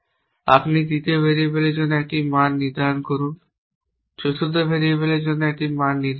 আপনি তৃতীয় ভেরিয়েবলের জন্য একটি মান নির্ধারণ করুন চতুর্থ ভেরিয়েবলের জন্য একটি মান নির্ধারণ করুন